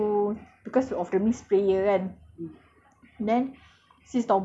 like let's say like aku because of the missed prayer kan